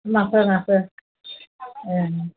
নাচে নাচে অঁ